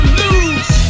lose